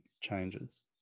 changes